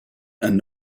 and